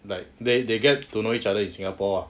like they they get to know each other in singapore ah